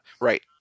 Right